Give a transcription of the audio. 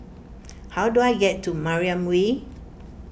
how do I get to Mariam Way